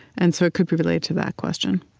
and so it could be related to that question